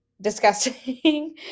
disgusting